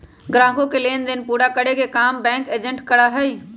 ग्राहकों के लेन देन पूरा करे के काम बैंक एजेंट करा हई